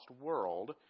world